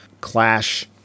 clash